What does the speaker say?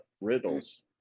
riddles